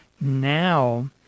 now